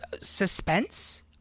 suspense